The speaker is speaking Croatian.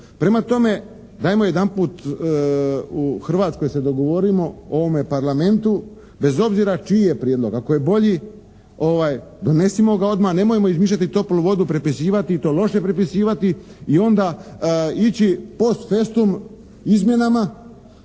Prema tome, dajmo jedanput u Hrvatskoj se dogovorimo u ovome parlamentu bez obzira čiji je prijedlog ako je bolji donesimo ga odmah, nemojmo izmišljati toplu vodu, prepisivati i to loše prepisivati i onda ići post festum izmjenama